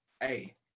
Hey